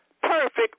perfect